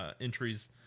entries